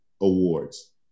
Awards